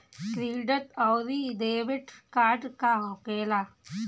Credit आउरी debit card का होखेला?